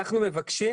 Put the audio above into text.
אנחנו מבקשים